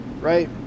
right